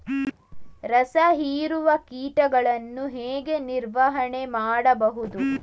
ರಸ ಹೀರುವ ಕೀಟಗಳನ್ನು ಹೇಗೆ ನಿರ್ವಹಣೆ ಮಾಡಬಹುದು?